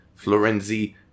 Florenzi